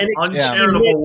uncharitable